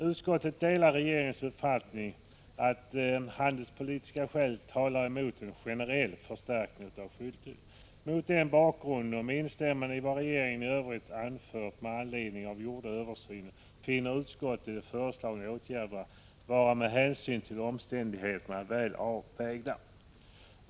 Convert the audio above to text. Utskottet delar regeringens uppfattning att handelspolitiska skäl talar emot en generell förstärkning av tullskyddet. Mot den bakgrunden och med instämmande i vad regeringen i övrigt har anfört med anledning av den gjorda översynen finner utskottet att de föreslagna åtgärderna får anses vara med hänsyn till omständigheterna väl avvägda.